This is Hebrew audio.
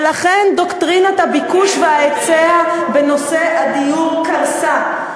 ולכן דוקטרינת הביקוש וההיצע בנושא הדיור קרסה.